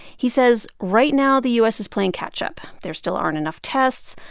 he says right now, the u s. is playing catch up. there still aren't enough tests.